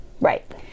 Right